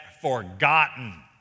forgotten